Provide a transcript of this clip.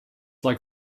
like